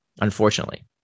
unfortunately